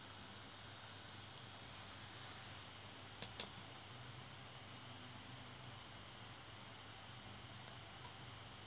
uh